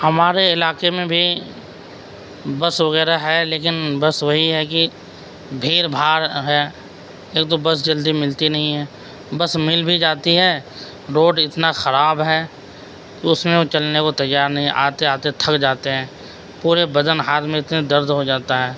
ہمارے علاقے میں بھی بس وغیرہ ہے لیکن بس وہی ہے کہ بھیڑ بھاڑ ہے ایک تو بس جلدی ملتی نہیں ہے بس مل بھی جاتی ہے روڈ اتنا خراب ہے کہ اس میں وہ چلنے کو تیّار نہیں آتے آتے تھک جاتے ہیں پورے بدن ہاتھ میں اتنے درد ہو جاتا ہے